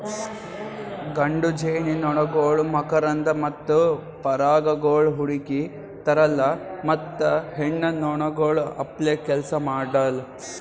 ಗಂಡು ಜೇನುನೊಣಗೊಳ್ ಮಕರಂದ ಮತ್ತ ಪರಾಗಗೊಳ್ ಹುಡುಕಿ ತರಲ್ಲಾ ಮತ್ತ ಹೆಣ್ಣ ನೊಣಗೊಳ್ ಅಪ್ಲೇ ಕೆಲಸ ಮಾಡಲ್